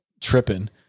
tripping